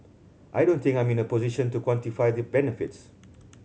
I don't think I'm in a position to quantify the benefits